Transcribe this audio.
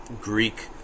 Greek